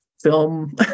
film